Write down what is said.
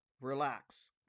relax